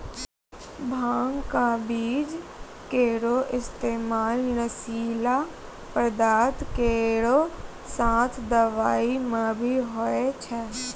भांग क बीज केरो इस्तेमाल नशीला पदार्थ केरो साथ दवाई म भी होय छै